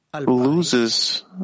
loses